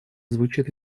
звучит